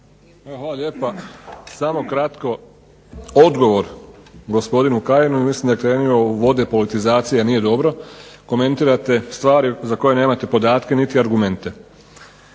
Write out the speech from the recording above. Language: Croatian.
Hvala lijepa. Samo kratko, odgovor gospodinu Kajinu jer mislim da je krenuo u vode politizacije,a nije dobro. Komentirate stvari za koje nemate podatke niti argumente.